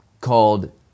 called